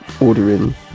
ordering